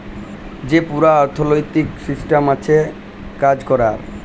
যে পুরা অথ্থলৈতিক সিসট্যাম আছে কাজ ক্যরার